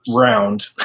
round